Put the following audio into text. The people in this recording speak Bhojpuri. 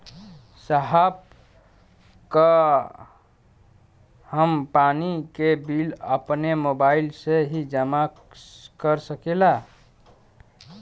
साहब का हम पानी के बिल अपने मोबाइल से ही जमा कर सकेला?